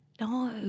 No